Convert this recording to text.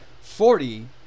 forty